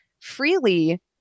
freely